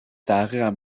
تحقیقم